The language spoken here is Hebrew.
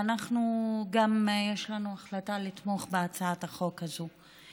ויש לנו החלטה לתמוך בהצעת החוק הזאת.